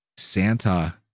santa